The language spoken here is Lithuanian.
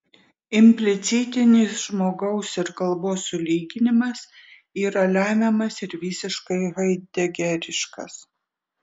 implicitinis žmogaus ir kalbos sulyginimas yra lemiamas ir visiškai haidegeriškas